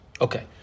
Okay